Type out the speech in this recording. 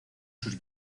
sus